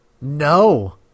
No